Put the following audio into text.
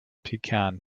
pecan